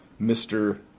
Mr